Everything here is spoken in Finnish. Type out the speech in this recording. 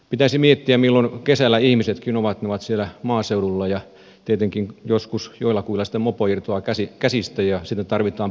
pitäisi miettiä että kesällä ihmisetkin ovat siellä maaseudulla ja tietenkin joskus joillakuilla sitten mopo irtoaa käsistä ja sitten tarvitaan poliisia paikalle